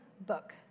book